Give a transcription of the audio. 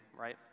right